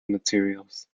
materials